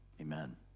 Amen